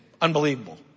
unbelievable